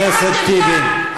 גלעד ארדן,